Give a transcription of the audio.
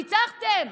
ניצחתם,